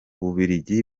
bubiligi